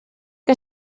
que